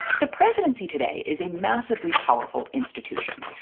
the presidency today is a massively powerful institution.